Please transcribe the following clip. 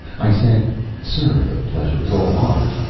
i said sir, the pleasure is all ours,